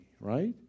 right